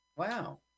wow